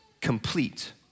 complete